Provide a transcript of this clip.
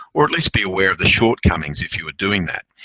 or at least be aware of the shortcomings if you were doing that.